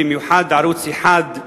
במיוחד ערוץ-1,